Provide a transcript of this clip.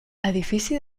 edifici